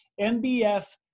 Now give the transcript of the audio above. MBF